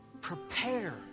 prepare